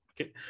okay